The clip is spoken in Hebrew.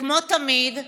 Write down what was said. כמו תמיד,